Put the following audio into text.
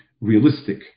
realistic